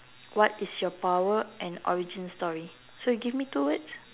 what is your power and origin story so you give me two words